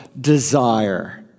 desire